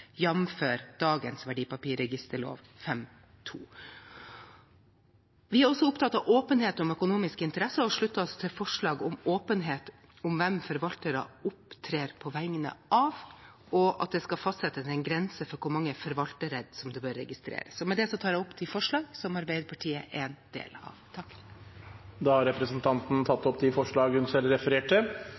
Vi er også opptatt av åpenhet om økonomiske interesser, og slutter oss til forslag om åpenhet om hvem forvaltere opptrer på vegne av, og at det skal fastsettes en grense for hvor mange forvalterledd som bør registreres. Med det tar jeg opp de forslagene som Arbeiderpartiet står bak, alene eller sammen med andre. Da har representanten tatt opp de forslagene hun refererte, og de hun refererte